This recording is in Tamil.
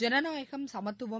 ஜனநாயகம் சமத்துவம்